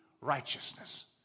Righteousness